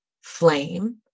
flame